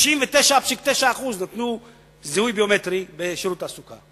99.9% נתנו זיהוי ביומטרי בשירות התעסוקה.